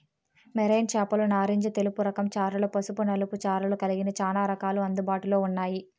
marine చేపలు నారింజ తెలుపు రకం చారలు, పసుపు నలుపు చారలు కలిగిన చానా రకాలు అందుబాటులో ఉన్నాయి